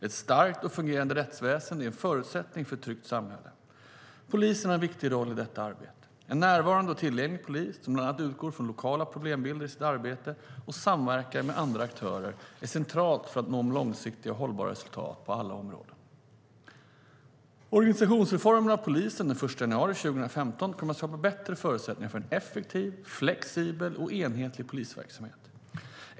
Ett starkt och fungerande rättsväsen är en förutsättning för ett tryggt samhälle. Polisen har en viktig roll i detta arbete. En närvarande och tillgänglig polis som bland annat utgår från lokala problembilder i sitt arbete och som samverkar med andra aktörer är central för att nå långsiktiga och hållbara resultat på alla områden. Organisationsreformen av polisen den 1 januari 2015 kommer att skapa bättre förutsättningar för en effektiv, flexibel och enhetlig polisverksamhet.